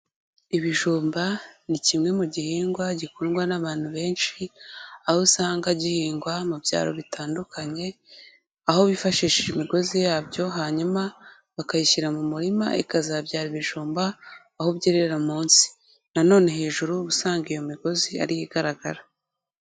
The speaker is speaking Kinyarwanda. Ibijumba ni kimwe mu gihingwa gikundwa n'abantu benshi, aho usanga gihingwa mu byaro bitandukanye, aho bifashisha imigozi yabyo hanyuma bakayishyira mu murima ikazabyara ibijumba aho byerera munsi, nanone hejuru uba usanga iyo migozi ari yo igaragara.